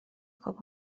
خوب